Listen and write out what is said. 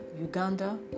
Uganda